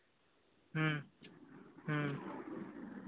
ᱦᱮᱸ ᱦᱮᱸ